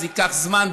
זה ייקח זמן,